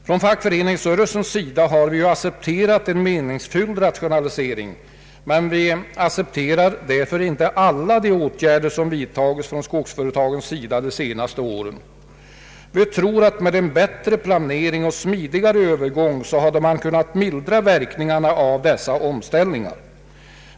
Från fackföreningsrörelsens sida har vi accepterat en meningsfylld rationalisering, men vi accepterar därför inte alla de åtgärder som vidtagits från skogsföretagens sida de senaste åren. Vi tror att man med en bättre planering och smidigare övergång hade kunnat mildra verkningarna av dessa omställningar.